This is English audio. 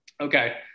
Okay